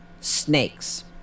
Snakes